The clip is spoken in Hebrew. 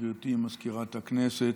גברתי מזכירת הכנסת,